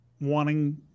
wanting